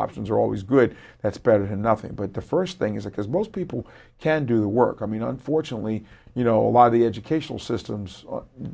options are always good that's better than nothing but the first thing is because most people can't do the work i mean unfortunately you know a lot of the educational systems